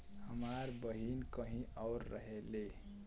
हमार बहिन कहीं और रहेली